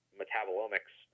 metabolomics